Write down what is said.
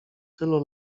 tylu